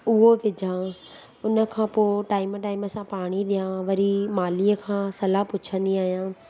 उहो विझां उन खां पोइ टाइम टाइम सां पाणी ॾियां वरी मालीअ खां सलाह पुछंदी आहियां